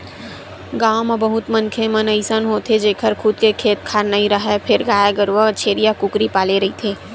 गाँव म बहुत मनखे मन अइसे होथे जेखर खुद के खेत खार नइ राहय फेर गाय गरूवा छेरीया, कुकरी पाले रहिथे